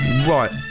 Right